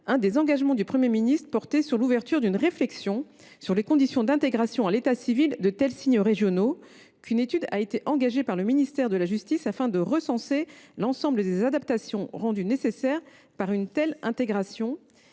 l’un des engagements du Premier ministre portait sur l’ouverture d’une réflexion sur les conditions d’intégration à l’état civil de tels signes régionaux. Une étude a été engagée par le ministère de la justice afin de recenser l’ensemble des adaptations rendues nécessaires par une telle intégration.